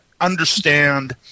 understand